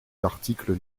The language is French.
l’article